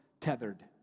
tethered